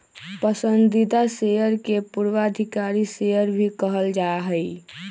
पसंदीदा शेयर के पूर्वाधिकारी शेयर भी कहल जा हई